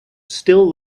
still